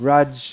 Raj